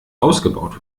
ausgebaut